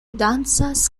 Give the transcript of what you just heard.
dancas